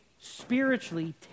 spiritually